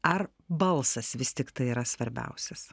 ar balsas vis tiktai yra svarbiausias